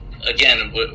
again